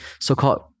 so-called